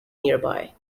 nearby